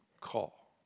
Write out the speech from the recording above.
call